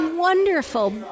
wonderful